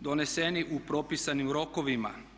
doneseni u propisanim rokovima.